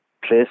place